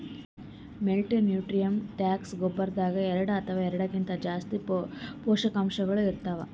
multinutrients ಗೊಬ್ಬರದಾಗ್ ಎರಡ ಅಥವಾ ಎರಡಕ್ಕಿಂತಾ ಜಾಸ್ತಿ ಪೋಷಕಾಂಶಗಳ್ ಇರ್ತವ್